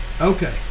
Okay